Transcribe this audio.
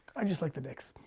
i just like the knicks.